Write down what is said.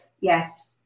yes